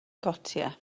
gotiau